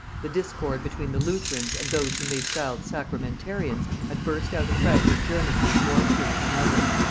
the discord between the lutherans and those whom they styled sacramentarians had burst out afresh in germany with more fury than ever.